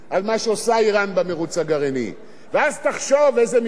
ואז תחשוב איזה מזרח תיכון תקבל פה ואיזה